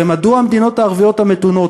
הרי מדוע המדינות הערביות המתונות,